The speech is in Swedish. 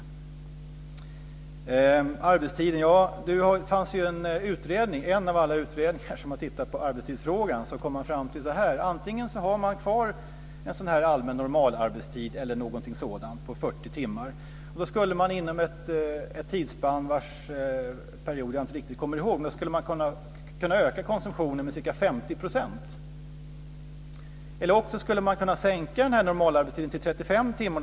Beträffande arbetstiden fanns det ju en utredning, en av alla de utredningar som har tittat på arbetstidsfrågan, som kom fram till det här: Antingen har man kvar en allmän normalarbetstid eller något sådant på 40 timmar. Då skulle man inom ett tidsspann vars period jag inte riktigt kommer ihåg kunna öka konsumtionen med ca 50 %. Eller också skulle man kunna sänka den här normalarbetstiden till 35 timmar.